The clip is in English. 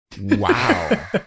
Wow